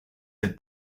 del